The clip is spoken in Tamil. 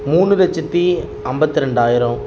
மூணு லட்சத்து ஐம்பத்தி ரெண்டாயிரம்